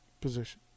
position